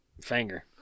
finger